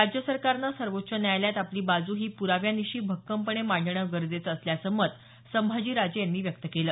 राज्य सरकारने सर्वोच्च न्यायालयात आपली बाजू ही पुराव्यानिशी भक्कम पणे मांडणं गरजेचं असल्याचं मत संभाजीराजे यांनी व्यक्त केलं